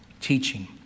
teaching